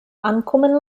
ankommen